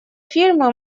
фильмы